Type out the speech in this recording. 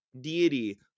deity